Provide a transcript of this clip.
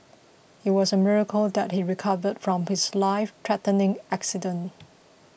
it was a miracle that he recovered from his lifethreatening accident